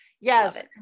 Yes